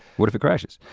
what if it crashes?